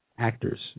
Actors